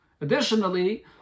Additionally